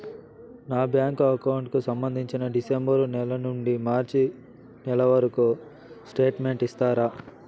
నా bank account కు సంబంధించి డిసెంబరు నెల నుండి మార్చి నెలవరకు స్టేట్మెంట్ ఇస్తారా?